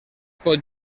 pot